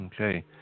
Okay